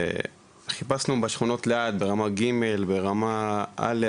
חיפשנו בשכונות ליד, רמה ג' ורמה א',